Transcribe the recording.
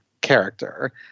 character